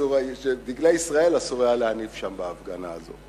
דגלי ישראל אסור היה להניף שם בהפגנה הזאת.